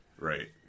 Right